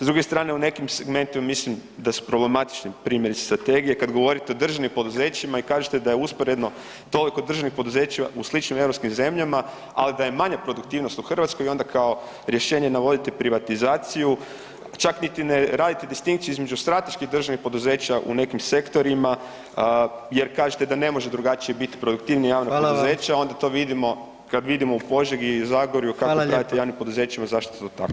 S druge strane, u nekim segmentu mislim da su problematični, primjerice strategija kad govorite o državnim poduzećima i kažete da je usporedno toliko državnih poduzeća u sličnim europskim zemljama ali da je manja produktivnost u Hrvatskoj i onda kao rješenje navodite privatizaciju a čak niti ne radite distinkciju između strateških državnih poduzeća u nekim sektorima jer kažete da ne može drugačije biti produktivnija javna poduzeća, [[Upadica predsjednik: Hvala vam.]] i onda to vidimo kad vidimo u Požegi zagorju kako upravitelji javnih poduzeća ... zašto je to tako.